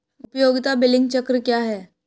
उपयोगिता बिलिंग चक्र क्या है?